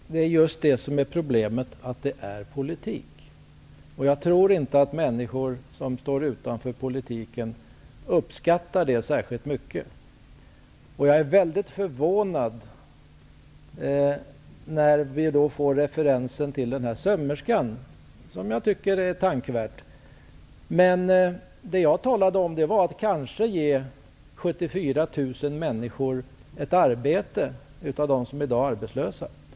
Herr talman! Det är just det som är problemet, att det är politik. Jag tror inte att människor som står utanför politiken uppskattar det särskilt mycket. Jag blir mycket förvånad när vi får referensen till den här sömmerskan. Jag tycker att det är tänkvärt. Men det jag talade om var att ge kanske 74 000 människor av dem som i dag är arbetslösa ett arbete.